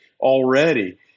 already